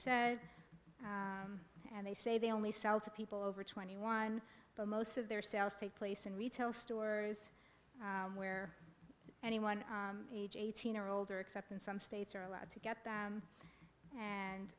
said and they say they only sell to people over twenty one but most of their sales take place in retail stores where anyone age eighteen or older except in some states are allowed to get that and